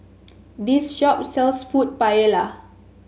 this shop sells food Paella